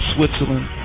Switzerland